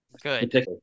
good